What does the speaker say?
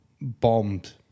bombed